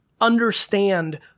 understand